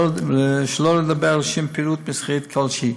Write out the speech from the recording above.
שלא לדבר על פעילות מסחרית כלשהי.